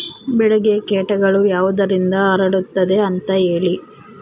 ಬೆಳೆಗೆ ಕೇಟಗಳು ಯಾವುದರಿಂದ ಹರಡುತ್ತದೆ ಅಂತಾ ಹೇಳಿ?